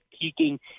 peaking